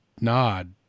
nod